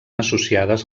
associades